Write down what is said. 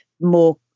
more